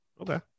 Okay